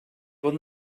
fod